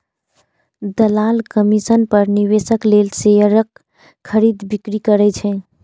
दलाल कमीशन पर निवेशक लेल शेयरक खरीद, बिक्री करै छै